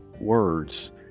words